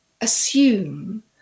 assume